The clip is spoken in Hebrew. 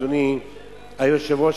אדוני היושב-ראש,